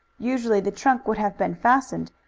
usually the trunk would have been fastened,